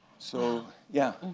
so, yeah.